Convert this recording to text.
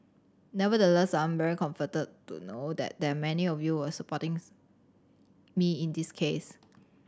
nevertheless I am very comforted to know that that many of you were supporting me in this case